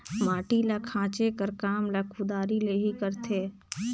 माटी ल खाचे कर काम ल कुदारी ले ही करथे